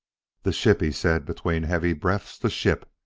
the ship! he said between heavy breaths, the ship!